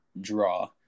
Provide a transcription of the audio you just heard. draw